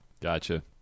Gotcha